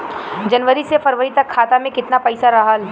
जनवरी से फरवरी तक खाता में कितना पईसा रहल?